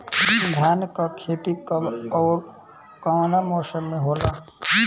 धान क खेती कब ओर कवना मौसम में होला?